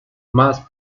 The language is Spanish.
más